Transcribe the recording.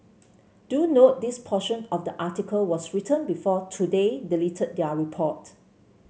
do note this portion of the article was written before today deleted their report